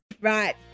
Right